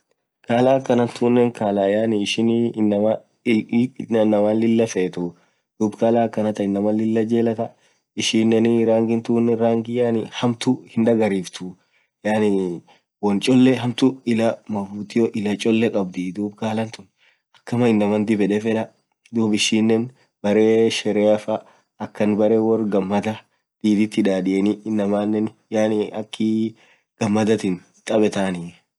khalaa akana tunen khalaa yaani ishin inamaa illii illi inamaa Lilah fethuu dhub khalaa akhanathaan inamaa Lilah jelathaa ishinen rangi tun hamtuu hindagarifthuu yaani won chole hamtua ilah mavutio ilah cholee kabdhii dub khalaa tuun akama inamaa dhibyede fedhaaa dhub ishinen beree shereaf akhan berre worr gamadha dhidith hidadiyen inamanen yaani akhii ghamathin thabetaniiii